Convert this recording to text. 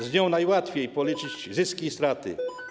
Z nią najłatwiej policzyć zyski i straty.